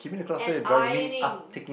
and ironing